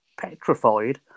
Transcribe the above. petrified